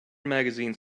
magazine